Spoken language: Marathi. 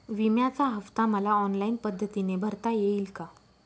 विम्याचा हफ्ता मला ऑनलाईन पद्धतीने भरता येईल का?